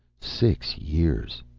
six years.